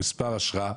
מספר אשרה,